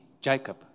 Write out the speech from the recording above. Jacob